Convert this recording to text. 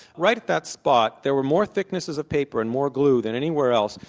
right at that spot there were more thicknesses of paper and more glue than anywhere else,